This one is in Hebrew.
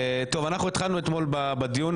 אנחנו התחלנו אתמול בדיון.